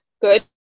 Good